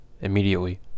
immediately